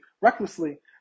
recklessly